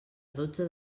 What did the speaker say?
dotze